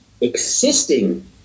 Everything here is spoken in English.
existing